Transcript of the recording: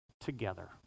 together